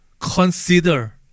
consider